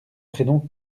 prénom